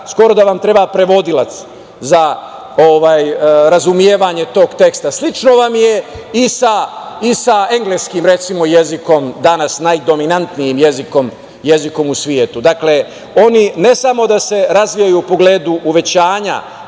skoro da vam treba prevodilac za razumevanje tog teksta. Slično vam je, recimo, i sa engleskim jezikom, danas najdominantnijim jezikom u svetu. Oni ne samo da se razvijaju u pogledu uvećanja